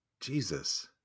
Jesus